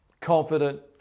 confident